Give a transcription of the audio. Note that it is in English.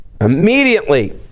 immediately